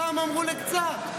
פעם אמרו לקצת,